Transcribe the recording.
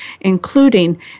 including